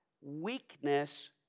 Weakness